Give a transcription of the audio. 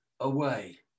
away